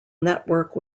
network